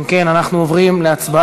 אם כן, אנחנו עוברים להצבעה.